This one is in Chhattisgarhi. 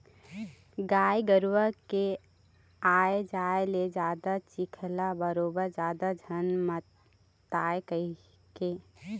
गाय गरूवा के आए जाए ले जादा चिखला बरोबर जादा झन मातय कहिके